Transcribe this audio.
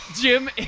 Jim